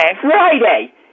Friday